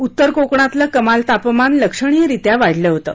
उत्तर कोकणातलं कमाल तापमान लक्षणीयरित्या वाढलं होतं